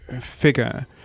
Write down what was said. figure